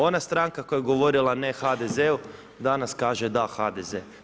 Ona stranka koja je govorila ne HDZ-u danas kaže da HDZ.